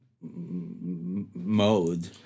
mode